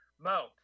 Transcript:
Mo